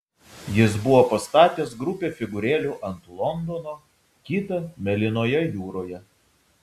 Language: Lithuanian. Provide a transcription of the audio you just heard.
jis buvo pastatęs grupę figūrėlių ant londono kitą mėlynoje jūroje